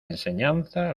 enseñanza